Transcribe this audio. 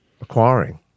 acquiring